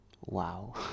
Wow